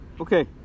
Okay